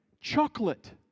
chocolate